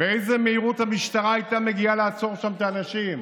באיזו מהירות המשטרה הייתה מגיעה לעצור שם את האנשים?